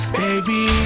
baby